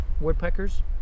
woodpeckers